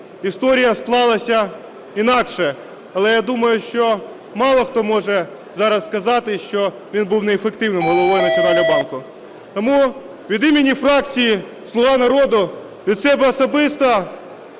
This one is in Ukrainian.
історія склалася інакше. Але, я думаю, що мало хто може зараз сказати, що він був неефективним Головою Національного банку. Тому від імені фракції "Слуга народу", від себе особисто,